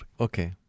Okay